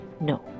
No